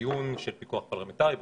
הדיון של פיקוח פרלמנטרי וכדו',